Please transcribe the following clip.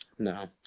no